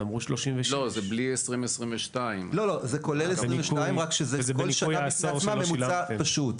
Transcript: זה בלי 2022. זה כולל 2022 רק שזה כל שנה בפני עצמה ממוצע פשוט.